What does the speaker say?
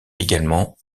également